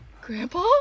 Grandpa